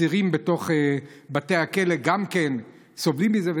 וגם אסירים בתוך בתי הכלא סובלים מזה.